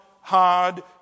hard